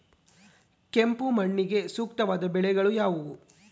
ಕೆಂಪು ಮಣ್ಣಿಗೆ ಸೂಕ್ತವಾದ ಬೆಳೆಗಳು ಯಾವುವು?